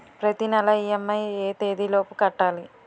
ప్రతినెల ఇ.ఎం.ఐ ఎ తేదీ లోపు కట్టాలి?